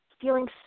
feeling